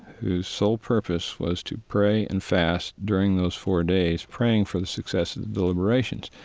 whose sole purpose was to pray and fast during those four days, praying for the success of the deliberations.